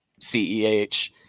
CEH –